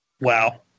Wow